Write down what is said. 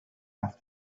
off